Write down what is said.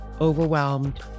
overwhelmed